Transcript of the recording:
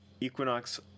equinox